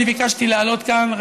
אני ביקשתי לעלות לכאן,